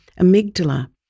amygdala